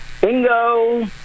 Bingo